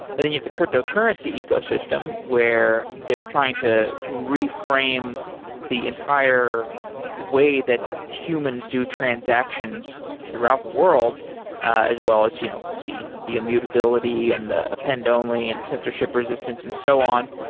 and then you have the cryptocurrency ecosystem where they're trying to reframe the entire way that humans do transactions throughout the world as well as you know the the immutability and the append only and censorship resistance and so on.